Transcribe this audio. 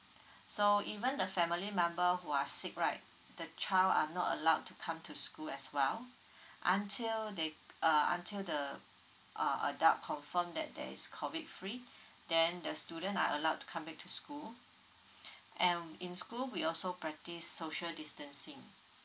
so even the family member who are sick right the child are not allowed to come to school as well until they uh until the err adult confirm that there is COVID free then the student are allowed to come back to school and in school we also practice social distancing